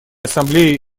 ассамблеей